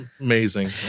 amazing